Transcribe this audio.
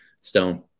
Stone